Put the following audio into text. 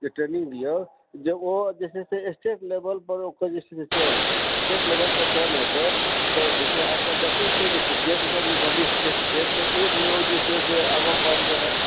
training दिऔ जे ओ जे छै से स्टेट लेवल पर जे छै से ओकर चयन हुए स्टेट लेवल पर चयन हेतै तऽ जे छै आइकाल्हि देखिते छियै जे क्रिकेटके जे भविष्य छै कतेक लोक जे छै से आगाँ बढ़लै हँ